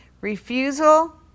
Refusal